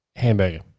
Hamburger